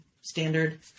standard